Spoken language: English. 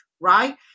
Right